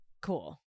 cool